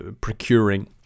procuring